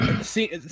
see